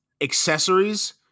accessories